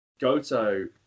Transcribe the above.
Goto